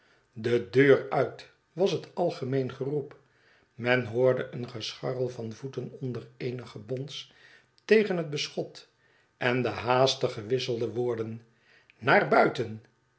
de deur uit was het algemeen geroep men hoorde een gescharrel van voeten onder eenig gebons tegen het beschot en de haastig gewisselde woorden naar buitenl